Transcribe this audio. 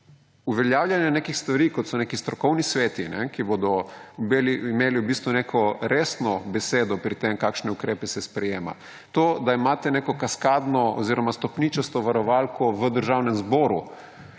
Uveljavljenje nekih stvari, kot so neki strokovni sveti, ki bodo imeli v bistvu neko resno besedo pri tem, kakšni ukrepi se sprejemajo. To, da imate neko stopničasto varovalko v Državnem zboru,